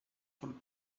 von